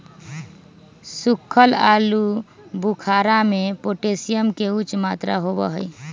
सुखल आलू बुखारा में पोटेशियम के उच्च मात्रा होबा हई